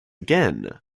again